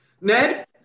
Ned